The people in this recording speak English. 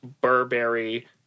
Burberry-